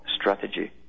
strategy